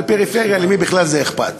אבל פריפריה, למי בכלל זה אכפת?